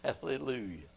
Hallelujah